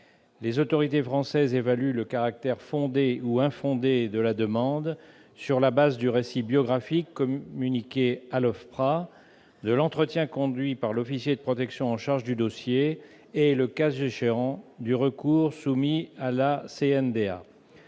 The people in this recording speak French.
Les autorités françaises évaluent le caractère fondé ou infondé de la demande sur la base du récit biographique communiqué à l'OFPRA, de l'entretien conduit par l'officier de protection chargé du dossier et, le cas échéant, du recours soumis à la CNDA.